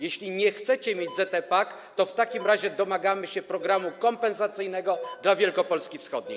Jeśli nie chcecie mieć ZE PAK, to w takim razie domagamy się programu kompensacyjnego dla Wielkopolski wschodniej.